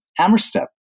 Hammerstep